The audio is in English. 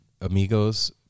Amigos